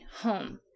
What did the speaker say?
home